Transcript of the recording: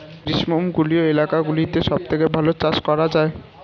গ্রীষ্মমণ্ডলীয় এলাকাগুলোতে সবথেকে ভালো চাষ করা যায়